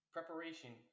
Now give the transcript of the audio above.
Preparation